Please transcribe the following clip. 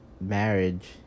marriage